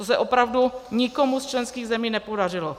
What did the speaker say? To se opravdu nikomu z členských zemí nepodařilo.